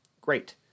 great